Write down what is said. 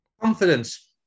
Confidence